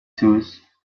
those